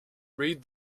read